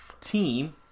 team